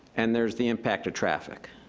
and there's the impact of traffic.